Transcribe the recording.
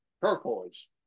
turquoise